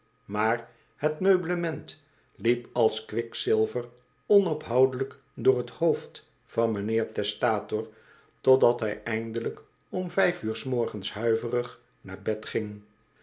maar het meublement liep als kwikzilver onophoudelijk door t hoofd van mijnheer testator totdat hij eindelijk om vijf uur s morgens huiverig naar bed ging